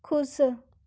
ਖੁਸ਼